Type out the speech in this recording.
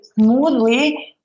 smoothly